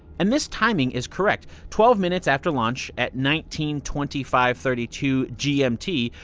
and this timing is correct. twelve minutes after launch, at nineteen twenty five thirty two gmt,